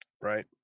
right